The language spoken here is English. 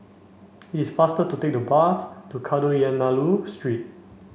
it's faster to take the bus to Kadayanallur Street